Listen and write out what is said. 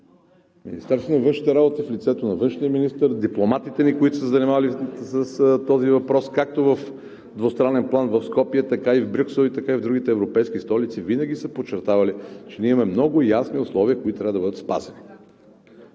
Министерството на външните работи в лицето на външния министър, дипломатите ни, които са се занимавали с този въпрос, както в двустранен план в Скопие, така и в Брюксел, така и в другите европейски столици, винаги са подчертавали, че ние имаме много ясни условия, които трябва да бъдат спазени.